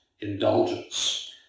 indulgence